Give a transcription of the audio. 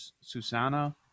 Susana